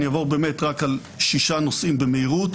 אעבור רק על שישה נושאים במהירות,